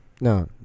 No